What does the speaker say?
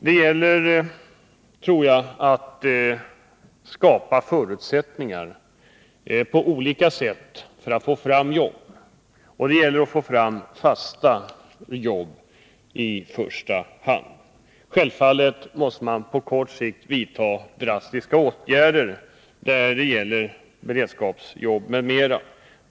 Det gäller att på olika sätt skapa förutsättningar för att få fram jobb, och det gäller att få fram i första hand fasta jobb. Självfallet måste man på sikt vidta drastiska åtgärder i form av beredskapsjobb m.m.